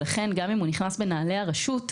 לכן, גם אם הוא נכנס בנעלי הרשות,